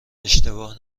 اشتباه